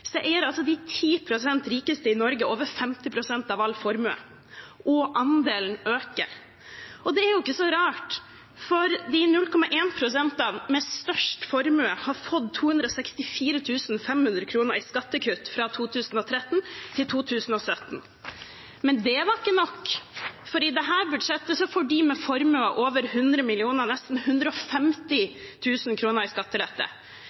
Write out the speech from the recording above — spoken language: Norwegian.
så rart, for de 0,1 pst. med størst formue har fått 264 500 kr i skattekutt fra 2013 til 2017. Men det var ikke nok, for i dette budsjettet får de med formue over 100 mill. kr nesten 150 000 kr i skattelette.